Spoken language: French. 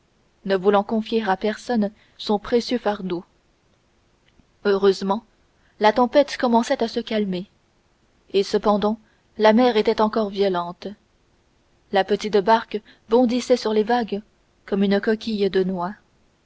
ne voulant confier à personne son précieux fardeau heureusement la tempête commençait à se calmer et cependant la mer était encore violente la petite barque bondissait sur les vagues comme une coquille de noix